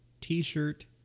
T-shirt